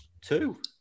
Two